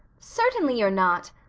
certainly you're not.